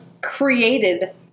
created